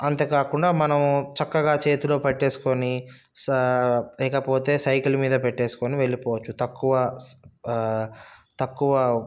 అంతే కాకుండా మనం చక్కగా చేతిలో పెట్టేసుకొని స లేకపోతే సైకిల్ మీద పెట్టేసుకొని వెళ్ళిపోవచ్చు తక్కువ తక్కువ